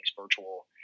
virtual